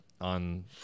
on